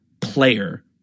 player